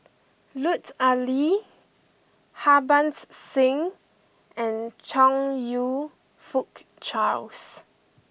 Lut Ali Harbans Singh and Chong you Fook Charles